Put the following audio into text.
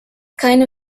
keine